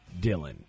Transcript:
Dylan